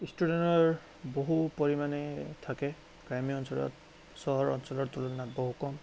ইষ্টুডেণ্টৰ বহু পৰিমাণে থাকে গ্ৰাম্য অঞ্চলত চহৰ অঞ্চলৰ তুলনাত বহু কম